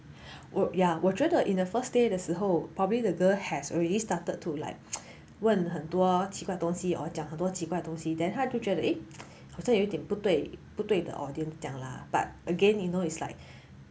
ya 我觉得 in the first day 的时候 probably the girl has already started to like 问很多奇怪东西 or 讲很多奇怪东西 then 他就觉得 eh 好像有点不对不对的 audience 这样 lah but again you know it's like